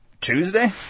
Tuesday